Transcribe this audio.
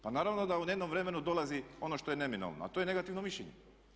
Pa naravno da u … vremenu dolazi ono što je neminovno a to je negativno mišljenje.